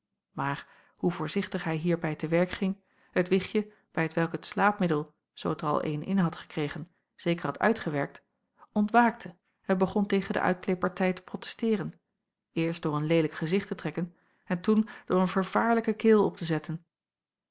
maar hoe voorzichtig hij hierbij te werk ging het wichtje bij t welk het slaapmiddel zoo t er al een in had gekregen zeker had uitgewerkt ontwaakte en begon tegen de uitkleêpartij te protesteeren eerst door een leelijk gezicht te trekken en toen door een vervaarlijke keel op te zetten